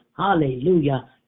Hallelujah